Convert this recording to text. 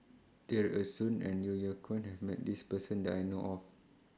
Tear Ee Soon and Yeo Yeow Kwang has Met This Person that I know of